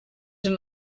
ein